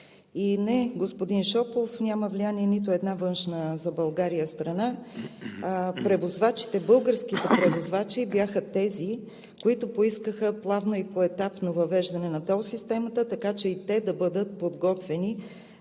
Не, господин Шопов, няма влияние нито една външна за България страна. Българските превозвачи бяха тези, които поискаха плавно и поетапно въвеждане на тол системата, така че и те да бъдат подготвени,